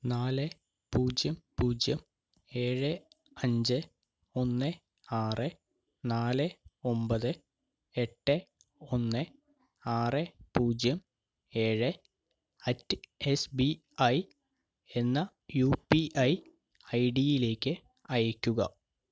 നാല് പൂജ്യം പൂജ്യം ഏഴ് അഞ്ച് ഒന്ന് ആറ് നാല് ഒൻപത് എട്ട് ഒന്ന് ആറ് പൂജ്യം ഏഴ് അറ്റ് എസ് ബി ഐ എന്ന യു പി ഐ ഐ ഡിയിലേക്ക് അയക്കുക